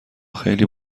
خیلی